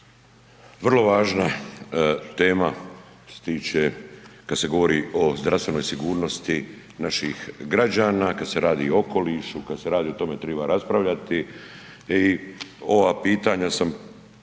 vrlo važna tema što se tiče, kad se govori o zdravstvenoj sigurnosti naših građana, kad se radi o okolišu, kad se radi, o tome treba raspravljati i ova pitanja sam,